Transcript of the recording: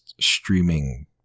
streaming